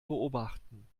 beobachten